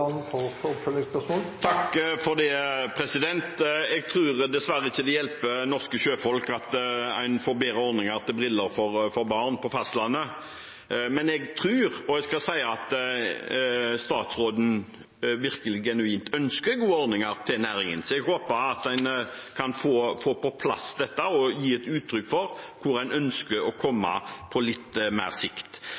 Jeg tror dessverre ikke det hjelper norske sjøfolk at en får bedre ordninger for briller til barn på fastlandet. Jeg tror, og det skal jeg si, at statsråden virkelig genuint ønsker gode ordninger for næringen, så jeg håper at en kan få på plass dette og gi uttrykk for hvor en ønsker å komme